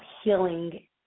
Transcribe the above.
healing